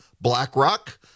BlackRock